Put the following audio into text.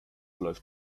läuft